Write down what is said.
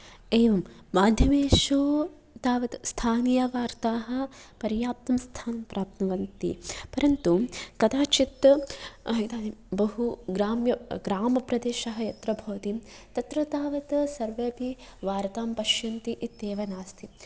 एवं माध्यमेषु तावत् स्थानियवार्ताः पर्याप्तं स्थानं प्राप्नुवन्ति परन्तु कदाचित् इदानिं बहु ग्राम्य ग्रामप्रदेशः यत्र भवति तत्र तावत् सर्वे अपि वार्तां पश्यन्ति इत्येव नास्ति